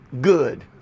good